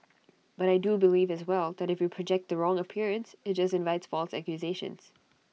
but I do believe as well that if you project the wrong appearance IT just invites false accusations